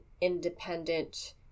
independent